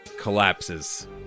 collapses